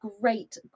great